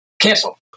cancel